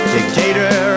Dictator